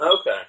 Okay